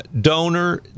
donor